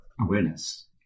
awareness